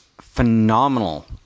phenomenal